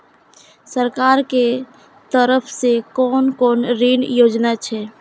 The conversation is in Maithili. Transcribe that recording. सरकार के तरफ से कोन कोन ऋण योजना छै?